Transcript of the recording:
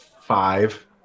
five